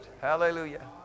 Hallelujah